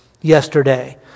yesterday